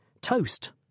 toast